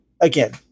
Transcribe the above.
again